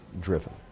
driven